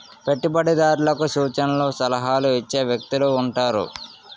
పెట్టుబడిదారులకు సూచనలు సలహాలు ఇచ్చే వ్యక్తులు ఉంటారు